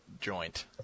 joint